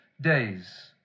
days